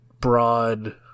broad